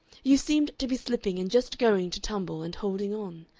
you seemed to be slipping and just going to tumble and holding on.